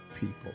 people